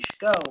go